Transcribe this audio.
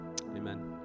amen